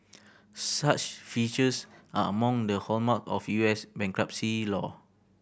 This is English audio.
such features are among the hallmarks of U S bankruptcy law